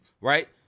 right